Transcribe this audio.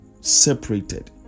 separated